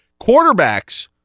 quarterbacks